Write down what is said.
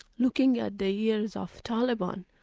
looking at the years of taliban,